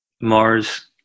Mars